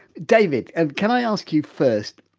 david, and can i ask you first,